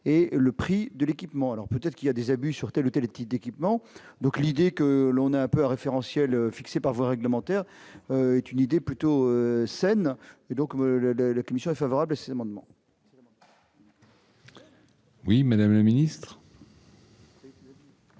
et le prix de l'équipement, alors peut-être qu'il y a des abus sur telle ou telle petite d'équipements donc l'idée que l'on a un peu référentiel fixé par voie réglementaire, est une idée plutôt saine et donc le le le climat favorable ces monuments. Oui, Madame la Ministre.